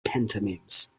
pantomimes